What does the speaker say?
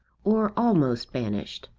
or almost banished.